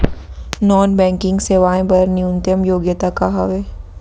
Non banking सेवाएं बर न्यूनतम योग्यता का हावे?